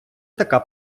така